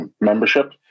Membership